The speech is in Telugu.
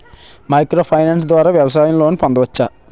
మైక్రో ఫైనాన్స్ ద్వారా వ్యవసాయ లోన్ పొందవచ్చా?